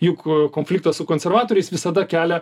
juk konfliktas su konservatoriais visada kelia